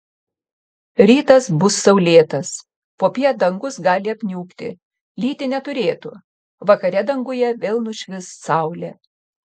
rytas bus saulėtas popiet dangus gali apniukti lyti neturėtų vakare danguje vėl nušvis saulė